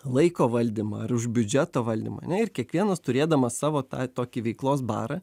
laiko valdymą ar už biudžeto valdymą ane ir kiekvienas turėdamas savo tą tokį veiklos barą